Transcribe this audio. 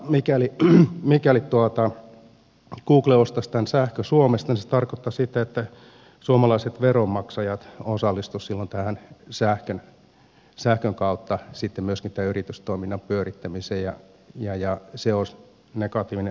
mikäli google ostaisi tämän sähkön suomesta se tarkoittaisi sitä että suomalaiset veronmaksajat osallistuisivat silloin sähkön kautta myöskin tämän yritystoiminnan pyörittämiseen ja se olisi negatiivinen asia